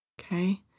okay